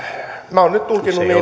minä olen nyt tulkinnut niin